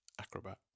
acrobat